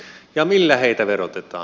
ja millä heitä verotetaan